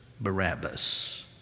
Barabbas